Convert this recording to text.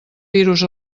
virus